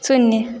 शून्य